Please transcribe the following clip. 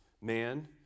man